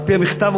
על-פי המכתב,